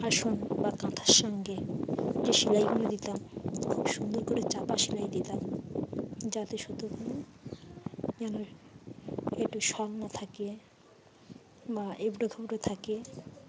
আসন বা কাঁথার সঙ্গে যে সেলাইগুলো দিতাম খুব সুন্দর করে চাপা সেলাই দিতাম যাতে শুতোগুনো যেন একটু শল না থাকে বা এবড়ো খেবড়ো থাকে